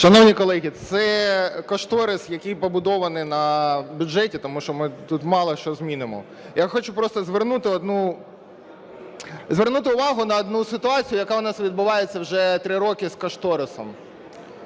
Шановні колеги, це кошторис, який побудований на бюджеті, тому що ми тут мало що змінимо. Я хочу просто звернути увагу на одну ситуацію, яка у нас відбувається уже 3 роки з кошторисом.